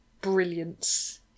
brilliance